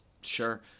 Sure